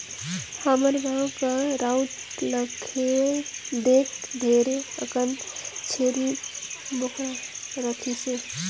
हमर गाँव के राउत ल देख ढेरे अकन छेरी बोकरा राखिसे